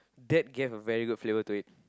dad gave a very good filler to it